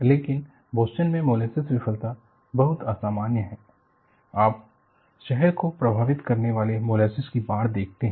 लेकिन बोस्टन में मोलेसेस विफलता बहुत असामान्य है आप शहर को प्रभावित करने वाले मोलेसेस की बाढ़ देखते हैं